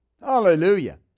Hallelujah